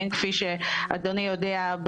כפי שאדוני יודע,